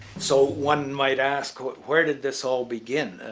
so, one might ask where did this all begin?